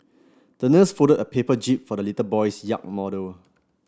the nurse folded a paper jib for the little boys yacht model